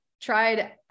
tried